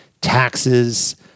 taxes